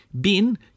Bin